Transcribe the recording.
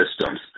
systems